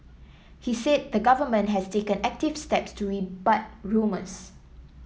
he said the Government has taken active steps to rebut rumours